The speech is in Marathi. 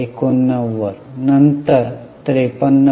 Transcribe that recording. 89 नंतर 53